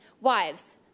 Wives